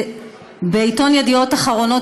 בעיתון ידיעות אחרונות,